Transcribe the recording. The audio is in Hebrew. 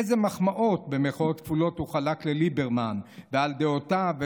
איזה "מחמאות" הוא חלק לליברמן ועל דעותיו,